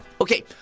Okay